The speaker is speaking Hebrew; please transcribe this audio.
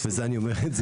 את זה אני אומר בצורה